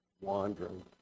wandering